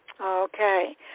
okay